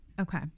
Okay